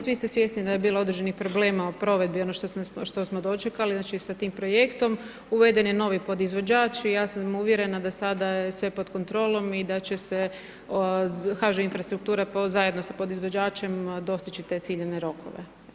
Svi ste svjesni da je bilo određenih problema o provedbi, ono što smo dočekali znači sa tim projektom, uveden je novi podizvođač i ja sam uvjerena da sada je sve pod kontrolom i da će se HŽ infrastruktura zajedno sa podizvođačem dostići te ciljane rokove.